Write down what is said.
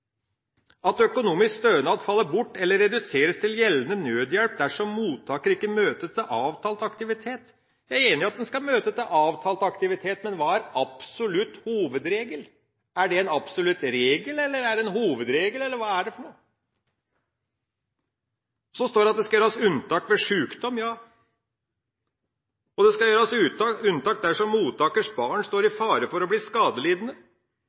at økonomisk stønad faller bort eller reduseres til gjeldende nødhjelpssatser dersom mottaker ikke møter på avtalt aktivitet». Jeg er enig i at en skal møte til avtalt aktivitet, men hva er «absolutt hovedregel»? Er det en absolutt regel, eller er det en hovedregel, eller hva er det for noe? Så står det at det skal gjøres unntak for sykdom, og at det skal gjøres unntak «dersom mottakers barn står i fare for å bli skadelidende».